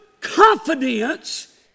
confidence